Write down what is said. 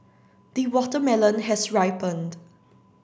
the watermelon has ripened